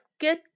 good